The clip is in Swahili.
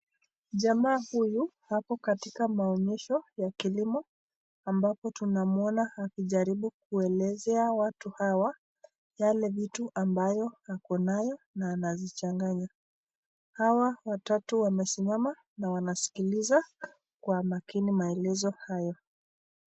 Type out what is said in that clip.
Jamaa huyu ako katika maonyesho ya kilimo ambapo tunaona akijaribu kuelezea watu hawa yale vitu ambayo ako nayo na anazichanganya, hawa watatu wamesimama na wanasikiliza kwa makini maelezo hayo.